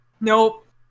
Nope